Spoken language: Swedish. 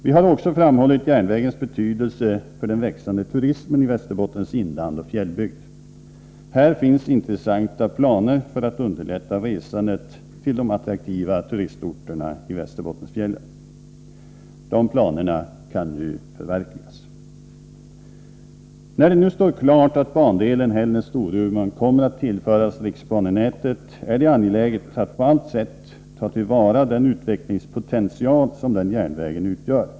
Vi har också framhållit järnvägens betydelse för den växande turismen i Västerbottens inland och fjällbygd. Här finns intressanta planer för att underlätta resandet till de attraktiva turistorterna i Västerbottensfjällen. Dessa planer kan nu förverkligas. När det nu står klart att bandelen Hällnäs-Storuman kommer att tillföras riksbanenätet, är det angeläget att på allt sätt ta till vara den utvecklingspotential som den järnvägen utgör.